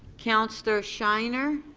councillor shiner?